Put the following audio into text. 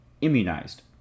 immunized